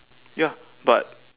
ya but